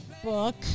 book